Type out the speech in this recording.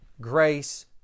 grace